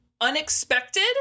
unexpected